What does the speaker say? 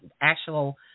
actual